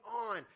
on